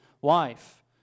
wife